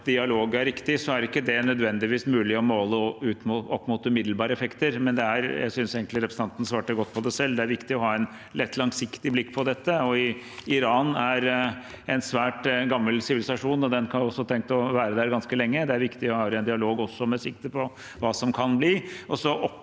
at dialog er riktig, er ikke det nødvendigvis mulig å måle opp mot umiddelbare effekter. Jeg synes egentlig representanten svarte godt på det selv: Det er viktig å ha et litt langsiktig blikk på dette. Iran er en svært gammel sivilisasjon, og den har også tenkt å være her ganske lenge. Det er viktig at vi har en dialog også med sikte på hva som kan bli.